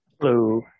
Hello